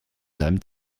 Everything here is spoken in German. seinem